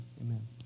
Amen